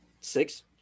six